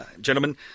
gentlemen